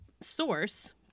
source